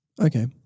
Okay